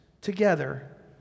together